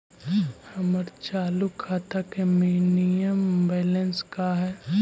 हमर चालू खाता के मिनिमम बैलेंस का हई?